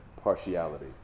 partiality